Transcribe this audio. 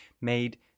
made